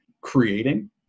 creating